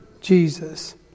Jesus